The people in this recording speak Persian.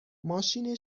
ماشین